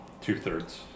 two-thirds